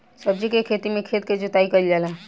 सब्जी के खेती में खेत के जोताई कईल जाला